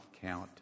count